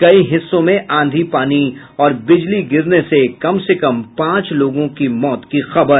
कई हिस्सों में आंधी पानी और बिजली गिरने से कम से कम पांच लोगों के मौत की खबर